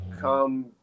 come